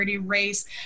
race